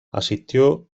asistió